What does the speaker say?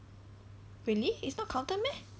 really is not counted meh